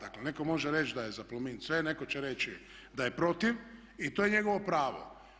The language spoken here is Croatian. Dakle netko može reći da je za Plomin C, netko će reći da je protiv i to je njegovo pravo.